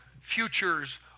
futures